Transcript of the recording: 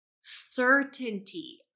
Certainty